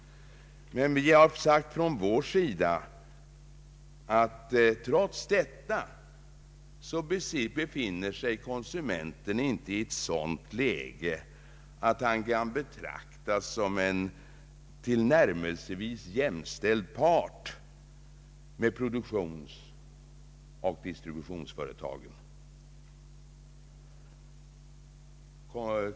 Vi har från vår sida sagt att trots detta befinner sig konsumenten inte i ett sådant läge att han kan betraktas som en tillnärmelsevis jämbördig part med produktionsoch distributionsföretagen.